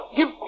Give